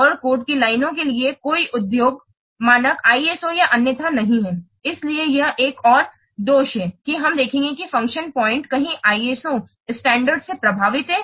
और कोड की लाइनों के लिए कोई उद्योग मानक ISO या अन्यथा नहीं है इसलिए यह एक और दोष है कि हम देखेंगे कि फ़ंक्शन पॉइंट कहीं ISO मानकों से प्रभावित है